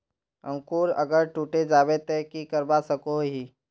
अंकूर अगर टूटे जाबे ते की करवा सकोहो ही?